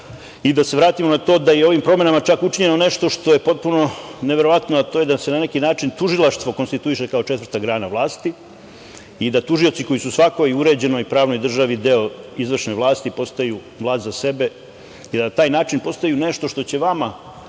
se vratimo na to da je ovim promenama čak učinjeno nešto što je potpuno neverovatno, a to je da se na neki način tužilaštvo konstituiše kao četvrta grana vlasti i da tužioci koji su u svakoj uređenoj pravnoj državi deo izvršne vlasti postaju vlast za sebe. Na taj način postaju nešto što će vama